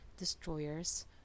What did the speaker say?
destroyers